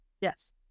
yes